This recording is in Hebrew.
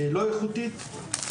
כמו כן גם שעות --- אגב,